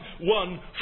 one